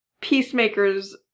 Peacemaker's